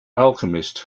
alchemist